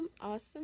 awesome